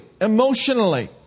emotionally